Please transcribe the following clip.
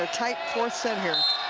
ah tight fourth set here